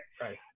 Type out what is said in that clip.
right